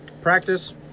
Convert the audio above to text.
practice